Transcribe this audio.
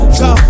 go